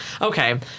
Okay